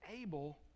able